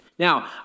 Now